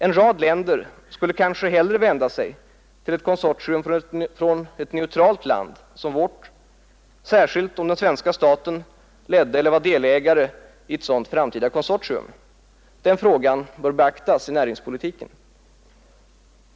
En rad länder skulle kanske hellre vända sig till ett konsortium från ett neutralt land som vårt, särskilt om den svenska staten ledde eller var delägare i ett sådant framtida konsortium. Denna fråga bör beaktas i näringspolitiken.